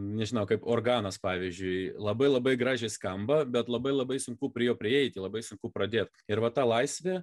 nežinau kaip organas pavyzdžiui labai labai gražiai skamba bet labai labai sunku prie jo prieiti labai sunku pradėti ir va ta laisvė